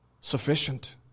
sufficient